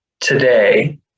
today